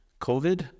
COVID